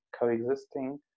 coexisting